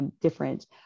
different